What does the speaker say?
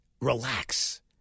relax